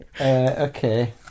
Okay